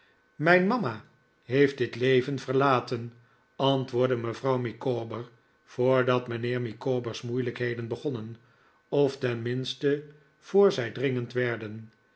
mijn mama heeft dit leven verlaten antwoordde mevrouw micawber voordat mijnheer micawber's moeilijkheden begonnen of tehminste voor zij dringend werden